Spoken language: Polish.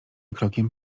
krokiem